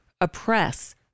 oppress